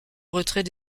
retrait